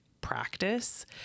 practice